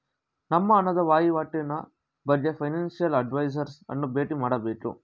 ನಮ್ಮ ಹಣದ ವಹಿವಾಟಿನ ಬಗ್ಗೆ ಫೈನಾನ್ಸಿಯಲ್ ಅಡ್ವೈಸರ್ಸ್ ಅನ್ನು ಬೇಟಿ ಮಾಡಬೇಕು